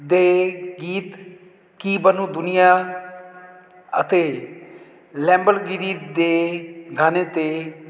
ਦੇ ਗੀਤ ਕੀ ਬਣੂ ਦੁਨੀਆ ਅਤੇ ਲੈਂਬਰਗਿਰੀ ਦੇ ਗਾਣੇ 'ਤੇ